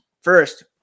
first